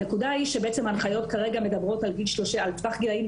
הבעיה היא שההנחיות כרגע מדברות על טווח גילאים